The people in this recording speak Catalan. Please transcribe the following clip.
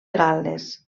gal·les